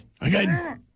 Again